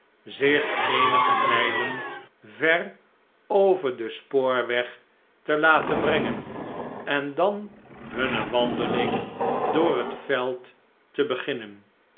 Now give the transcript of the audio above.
zich eenige mijlen ver over den spoorweg te laten brengen en dan hunne wandeling door het veld te beginnen